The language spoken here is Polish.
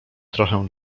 trochę